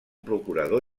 procurador